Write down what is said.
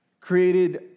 created